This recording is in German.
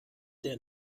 der